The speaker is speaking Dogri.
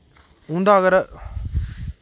उं'दा अगर